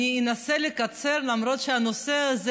אני אנסה לקצר, למרות שהנושא הזה